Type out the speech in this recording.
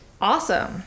awesome